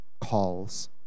calls